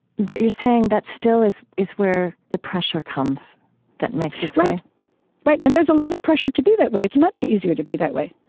but you're saying that still is is where the pressure comes that makes its way right. and there's a lot of pressure to be that way. it's much easier to be that way.